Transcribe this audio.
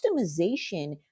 customization